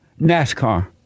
nascar